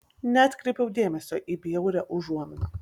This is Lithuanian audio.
neatkreipiau dėmesio į bjaurią užuominą